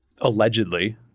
allegedly